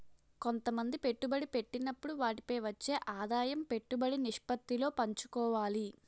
కొంతమంది పెట్టుబడి పెట్టినప్పుడు వాటిపై వచ్చే ఆదాయం పెట్టుబడి నిష్పత్తిలో పంచుకోవాలి